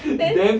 then